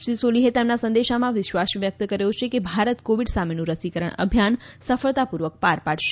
શ્રી સોલીહે તેમના સંદેશામાં વિશ્વાસ વ્યક્ત કર્યો છે કે ભારત કોવીડ સામેનું રસીકરણ અભિયાન સફળતાપૂર્વક પાર પાડશે